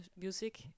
music